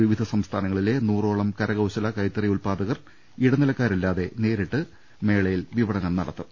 വിവിധ സംസ്ഥാന ങ്ങളിലെ നൂറോളം കരകൌശല കൈത്തറി ഉൽപ്പാദകർ ഇട നിലക്കാരില്ലാതെ നേരിട്ട് മേളയിൽ വിപണനം നടത്തും